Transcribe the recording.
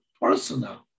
personal